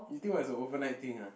you think what is a overnight thing ah